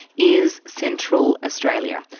is central australia.